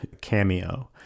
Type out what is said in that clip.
cameo